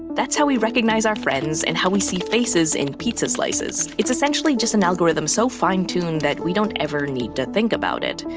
that's how we recognize our friends and how we see faces in pizza slices. it's essentially just an algorithm so fine-tuned that we don't ever need to think about it.